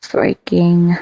Freaking